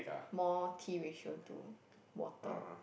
more tea ratio to water